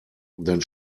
dann